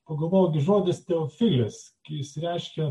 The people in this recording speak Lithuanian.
pagalvojau gi žodis teofilis jis reiškia